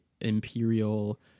Imperial